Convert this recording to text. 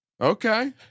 okay